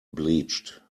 bleached